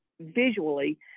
visually